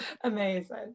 Amazing